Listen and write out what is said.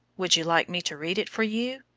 would you like me to read it for you?